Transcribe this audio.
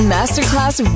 Masterclass